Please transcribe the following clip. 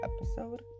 episode